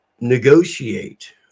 negotiate